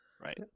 Right